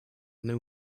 new